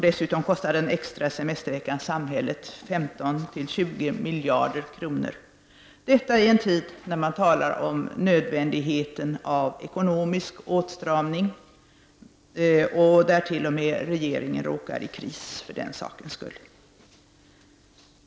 Dessutom kostar den extra semesterveckan samhället 15-20 miljarder kronor — detta i en tid då man talar om nödvändigheten av ekonomisk åtstramning och då t.o.m. regeringen råkar i kris för den sakens skull.